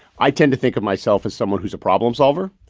i tend to think of myself as someone who's a problem-solver.